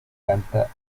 canta